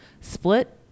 split